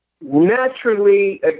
naturally